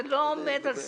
זה לא עומד על סדר-היום,